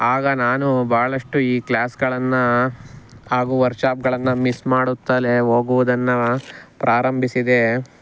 ಆಗ ನಾನು ಭಾಳಷ್ಟು ಈ ಕ್ಲಾಸ್ಗಳನ್ನು ಹಾಗೂ ವರ್ಕ್ಶಾಪ್ಗಳನ್ನು ಮಿಸ್ ಮಾಡುತ್ತಲೇ ಹೋಗೊದನ್ನು ಪ್ರಾರಂಭಿಸಿದೆ